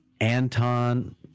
Anton